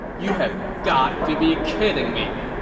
you have got to be kidding me!